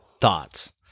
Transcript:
thoughts